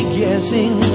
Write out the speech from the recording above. guessing